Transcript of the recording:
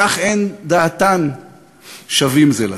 כך אין דעותיהם שווים זה לזה,